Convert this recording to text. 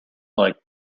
like